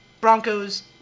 Broncos